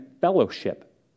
fellowship